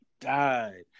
died